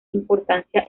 importancia